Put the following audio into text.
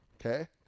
okay